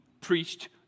preached